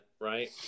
right